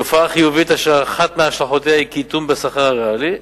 תופעה חיובית אשר אחת מהשלכותיה היא קיטון בשכר הריאלי.